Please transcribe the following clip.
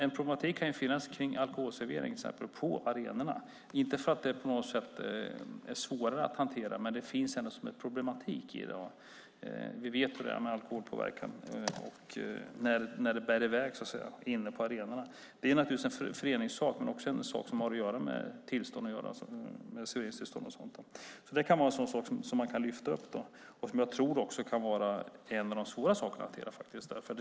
En problematik kan ju finnas kring till exempel alkoholservering på arenorna, inte för att det på något sätt är svårare att hantera, men det finns ändå som en problematik. Vi vet hur det är med alkoholpåverkan när det bär i väg inne på arenorna. Det är naturligtvis en föreningssak men också en sak som har med serveringstillstånd att göra. Det kan vara en sådan sak som man kan lyfta upp och som jag tror också kan vara en av de svåra sakerna att hantera.